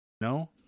No